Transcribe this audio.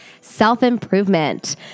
self-improvement